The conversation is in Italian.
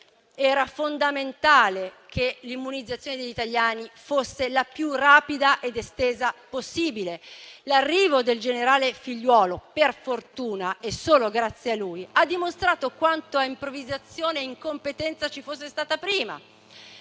era fondamentale che l'immunizzazione degli italiani fosse la più rapida ed estesa possibile. L'arrivo del generale Figliuolo, per fortuna e solo grazie a lui, ha dimostrato quanta improvvisazione e incompetenza ci fosse stata prima.